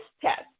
test